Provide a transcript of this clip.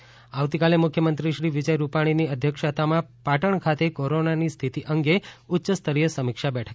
બેઠક સીએમ આવતીકાલે મુખ્યમંત્રીશ્રી વિજય રૂપાણીની અધ્યક્ષતામાં પાટણ ખાતે કોરોનાની સ્થિતી અંગે ઉચ્યસ્તરીય સમીક્ષા બેઠક યોજાશે